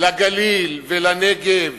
לגליל ולנגב